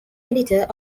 editor